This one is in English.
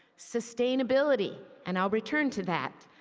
sustainability, and i will return to that.